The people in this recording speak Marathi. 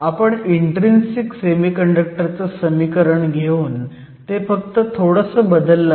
आपण इन्ट्रीन्सिक सेमीकंडक्टर चं समीकरण घेऊन ते फक्त थोडं बदललं आहे